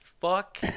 fuck